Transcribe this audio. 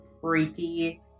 freaky